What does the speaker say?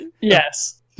Yes